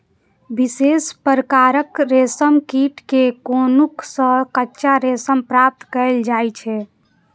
विशेष प्रकारक रेशम कीट के कोकुन सं कच्चा रेशम प्राप्त कैल जाइ छै